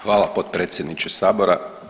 Hvala potpredsjedniče sabora.